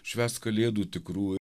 švęst kalėdų tikrų